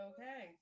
Okay